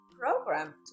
program